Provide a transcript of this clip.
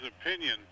opinion